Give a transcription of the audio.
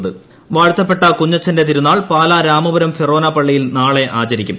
തിരുനാൾ വാഴ്ത്തപ്പെട്ട കുഞ്ഞച്ചന്റെ തിരുനാൾ പാലാ രാമപുരം ഫൊറോന പള്ളിയിൽ നാളെ ആചരിക്കും